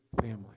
family